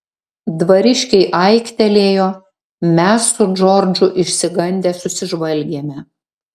dvariškiai aiktelėjo mes su džordžu išsigandę susižvalgėme